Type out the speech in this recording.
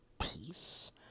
peace